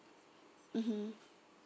mm